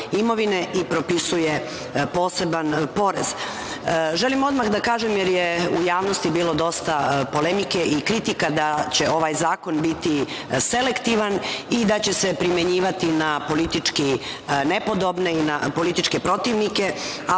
imovine i propisuje poseban porez. Želim odmah da kažem, jer je u javnosti bilo dosta polemike i kritika da će ovaj zakon biti selektivan i da će se primenjivati na politički nepodobne i na političke protivnike,